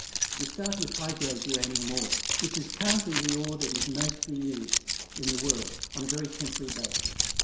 we start with high-grade uranium ore, which is currently the ore that is mostly used in the world on a very temporary basis.